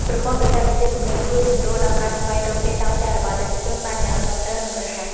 ប្រព័ន្ធបច្ចេកវិទ្យាទំនើបជួយសម្រួលដល់ការស្វែងរកទីតាំងផ្ទះរបស់អតិថិជនបានយ៉ាងត្រឹមត្រូវនិងរហ័ស។